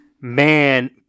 man